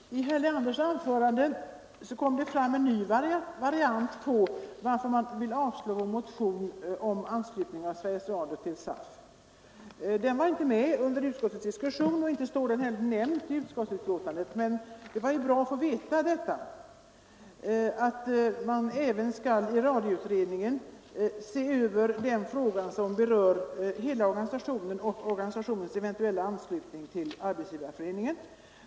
Herr talman! I herr Leanders anförande kom det fram en ny förklaring på varför man vill avslå vår motion om att Sveriges Radio skall lämna Svenska arbetsgivareföreningen. Den förklaringen framfördes inte vid utskottets diskussion och inte heller nämns den i betänkandet. Men det var bra att få veta att radioutredningen skall se över Sveriges Radios hela organisation och företagets eventuella anslutning till SAF.